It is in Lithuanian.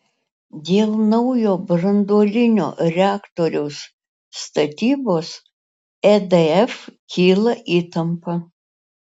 dėl naujo branduolinio reaktoriaus statybos edf kyla įtampa